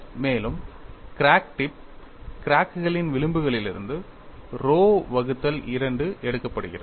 மேலும் crack tip crack கின் விளிம்பிலிருந்து rho வகுத்தல் 2 எடுக்கப்படுகிறது